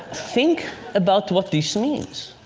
think about what this means.